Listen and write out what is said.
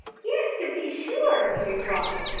yes, to be sure, he replied.